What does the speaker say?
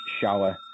shower